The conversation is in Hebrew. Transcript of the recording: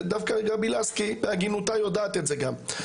דווקא גבי לסקי בהגינותה יודעת את זה גם,